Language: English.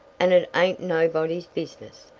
and it ain't nobody's business.